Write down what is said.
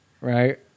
right